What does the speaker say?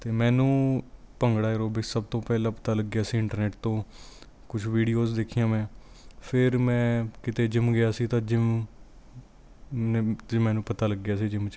ਅਤੇ ਮੈਨੂੰ ਭੰਗੜਾ ਐਰੋਬਿਕਸ ਸਭ ਤੋਂ ਪਹਿਲਾਂ ਪਤਾ ਲੱਗਿਆ ਸੀ ਇੰਟਰਨੈਟ ਤੋਂ ਕੁਛ ਵੀਡੀਓਜ਼ ਦੇਖੀਆਂ ਮੈਂ ਫਿਰ ਮੈਂ ਕਿਤੇ ਜਿੰਮ ਗਿਆ ਸੀ ਤਾਂ ਜਿੰਮ ਮੈਨੂੰ ਪਤਾ ਲੱਗਿਆ ਸੀ ਜਿੰਮ 'ਚ